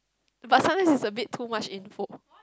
but sometimes is a bit too much info